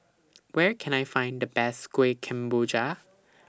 Where Can I Find The Best Kueh Kemboja